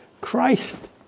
Christ